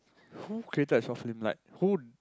who created the short film like who